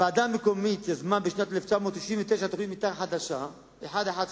הוועדה המקומית יזמה בשנת 1999 תוכנית מיתאר חדשה ג/11397,